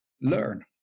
learn